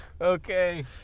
okay